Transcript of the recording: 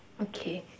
okay